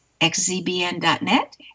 xzbn.net